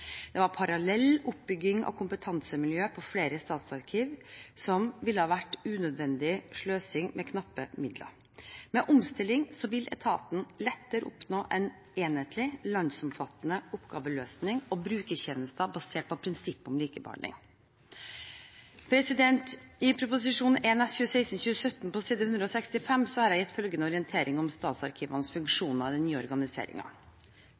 Det var parallell oppbygging av kompetansemiljø i flere statsarkiv, som ville være unødvendig sløsing med knappe midler. Med omstilling vil etaten lettere oppnå en enhetlig, landsomfattende oppgaveløsning og brukertjenester, basert på prinsippet om likebehandling. I Prop. 1 S for 2016–2017, på side 165, har jeg gitt følgende orientering om